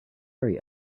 very